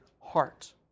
heart